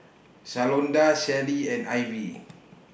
Shalonda Shelli and Ivie